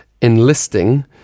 Enlisting